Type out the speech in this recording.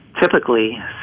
typically